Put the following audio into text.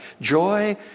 Joy